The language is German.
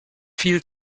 viel